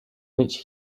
which